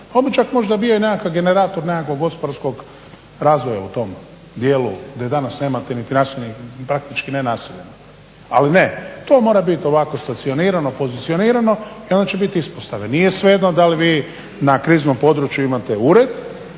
bi čak možda bio i nekakav generator nekakvog gospodarskog razvoja u tom dijelu gdje danas nemate niti praktički naselje. Ali ne, to mora biti ovako stacionirano, pozicionirano i onda će biti ispostave. Nije svejedno da li vi na kriznom području imate ured